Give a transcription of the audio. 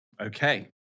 Okay